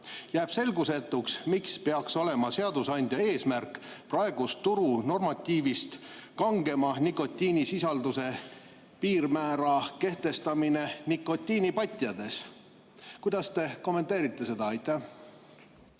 Jääb selgusetuks, miks peaks olema seadusandja eesmärk praegusest turu normatiivist kangema nikotiinisisalduse piirmäära kehtestamine nikotiinipatjades." Kuidas te kommenteerite seda? Aitäh,